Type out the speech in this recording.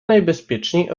najbezpieczniej